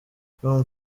com